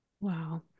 Wow